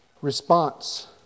response